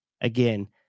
Again